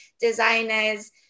designers